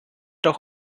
doch